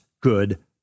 good